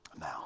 now